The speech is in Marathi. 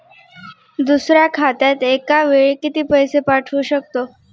दुसऱ्या खात्यात एका वेळी किती पैसे पाठवू शकतो?